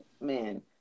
man